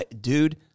Dude